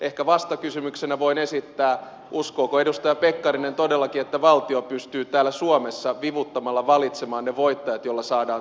ehkä vastakysymyksenä voin esittää uskooko edustaja pekkarinen todellakin että valtio pystyy täällä suomessa vivuttamalla valitsemaan ne voittajat joilla saadaan talous kasvuun